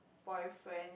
boyfriend